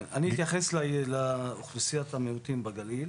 אני אתייחס לאוכלוסיית המיעוטים בגליל.